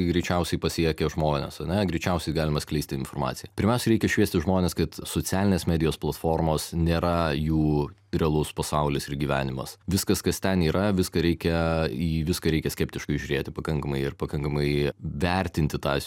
greičiausiai pasiekia žmones ane greičiausiai galima skleisti informaciją pirmiausia reikia šviesti žmones kad socialinės medijos platformos nėra jų realus pasaulis ir gyvenimas viskas kas ten yra viską reikia į viską reikia skeptiškai žiūrėti pakankamai ir pakankamai vertinti tą